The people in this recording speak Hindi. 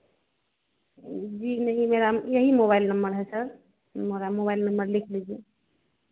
जी नहीं मेरा यही मोबाइल नंबर है सर मेरा मोबाइल नंबर लिख लीजिए